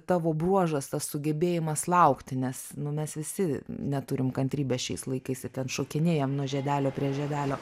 tavo bruožas tas sugebėjimas laukti nes nu mes visi neturim kantrybės šiais laikais ir ten šokinėjam nuo žiedelio prie žiedelio